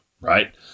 Right